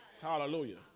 Hallelujah